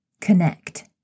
connect